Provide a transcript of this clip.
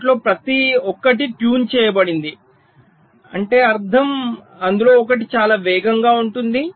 వాటిలో ప్రతి ఒక్కటి ట్యూన్ చేయబడింది అంటే అర్థం అందులో ఒకటి చాలా వేగంగా ఉంటుంది